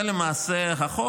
זה למעשה החוק.